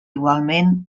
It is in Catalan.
igualment